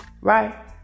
Right